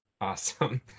Awesome